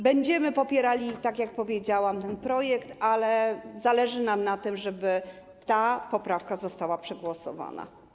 Będziemy popierali, tak jak powiedziałam, ten projekt, ale zależy nam na tym, żeby ta poprawka została przegłosowana.